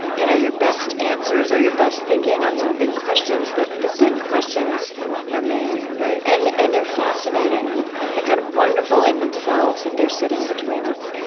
you know, your best answers or your best thinking on some big questions, that the big questions remain, right? and and they're fascinating, and they're kind of wonderful in themselves, that they're sitting between us.